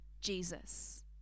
Jesus